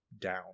down